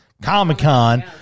comic-con